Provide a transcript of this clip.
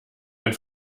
ein